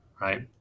right